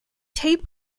tape